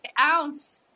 ounce